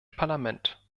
parlament